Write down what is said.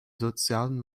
sozialen